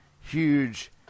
huge